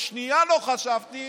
לשנייה לא חשבתי